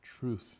truth